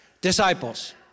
disciples